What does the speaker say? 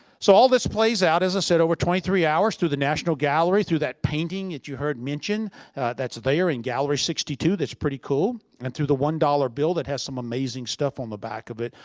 so all this plays out, as i said, over twenty three hours through the national gallery, through that painting that you heard mentioned that's there in gallery sixty two, that's pretty cool, and through the one dollar bill that has some amazing stuff on the back of it,